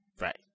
Right